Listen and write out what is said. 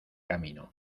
camino